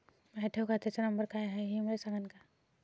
माया ठेव खात्याचा नंबर काय हाय हे मले सांगान का?